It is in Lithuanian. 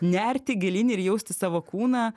nerti gilyn ir jausti savo kūną